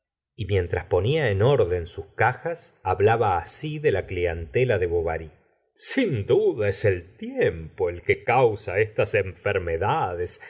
y mientras ponla en orden sus cajas hablaba asl de la clientela de bovary sin duda es el tiempo el que causa estas enfermedades